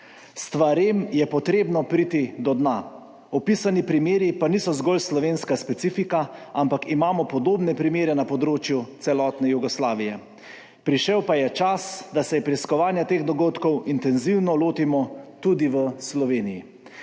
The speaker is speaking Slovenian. Stvarem je treba priti do dna. Opisani primeri pa niso zgolj slovenska specifika, ampak imamo podobne primere na področju celotne Jugoslavije. Prišel pa je čas, da se preiskovanja teh dogodkov intenzivno lotimo tudi v Sloveniji.